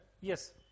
Yes